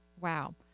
Wow